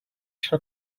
her